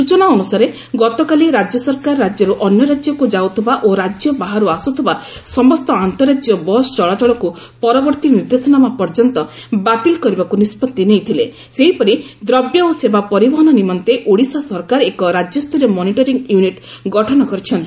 ସୂଚନା ଅନୁସାରେ ଗତକାଲି ରାଜ୍ୟ ସରକାର ରାଜ୍ୟରୁ ଅନ୍ୟ ରାକ୍ୟକୁ ଯାଉଥିବା ଓ ରାକ୍ୟ ବାହାରୁ ଆସୁଥିବା ସମସ୍ତ ଆନ୍ତଃରାକ୍ୟ ବସ୍ ଚଳାଚଳକୁ ପରବର୍ତୀ ନିର୍ଦ୍ଦେଶନାମା ପଯ୍ୟନ୍ତ ବାତିଲ କରିବାକୁ ନିଷ୍ବତି ନେଇଥିଲେ ସେହିପରି ଦ୍ରବ୍ୟ ଓ ସେବା ପରିବହନ ନିମନ୍ତେ ଓଡ଼ିଶା ସରକାର ଏକ ରାକ୍ୟସ୍ତରୀୟ ମନିଟରିଂ ୟୁନିଟ୍ ଗଠନ କରିଛନ୍ତି